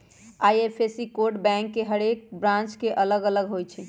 IFSC code bank के हरेक branch के लेल अलग अलग होई छै